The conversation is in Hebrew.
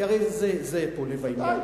כי הרי זה פה לב העניין,